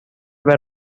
were